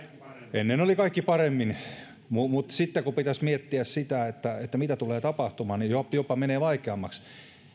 ennen oli kaikki paremmin mutta sitten kun pitäisi miettiä sitä mitä tulee tapahtumaan niin jopa menee vaikeammaksi